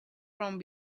from